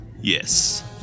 Yes